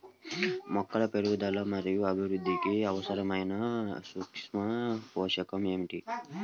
మొక్కల పెరుగుదల మరియు అభివృద్ధికి అవసరమైన సూక్ష్మ పోషకం ఏమిటి?